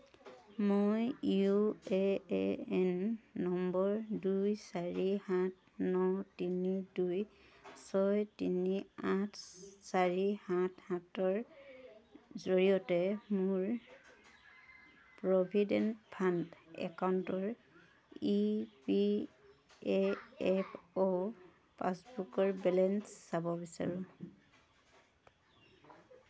মই U A A N number দুই চাৰি সাত ন তিনি দুই ছয় তিনি আঠ চাৰি সাত সাতৰ জৰিয়তে মোৰ প্ৰভিডেণ্ট ফাণ্ড একাউণ্টৰ ই পি এ এফ অ' পাছবুকৰ বেলেঞ্চ চাব বিচাৰোঁ